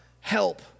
help